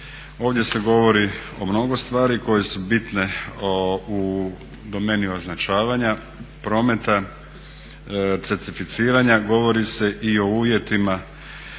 Ovdje se govori o mnogo stvari koje su bitne u domeni označavanja prometa, certificiranja. Govori se i o uvjetima